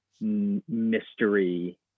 mystery